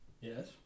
Yes